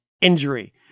injury